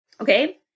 okay